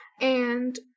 And-